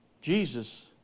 Jesus